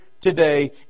today